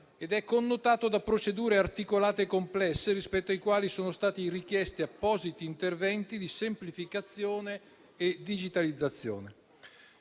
ed è connotato da procedure articolate e complesse, rispetto alle quali sono stati richiesti appositi interventi di semplificazione e digitalizzazione.